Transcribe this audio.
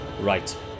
right